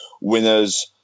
winners